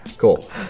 Cool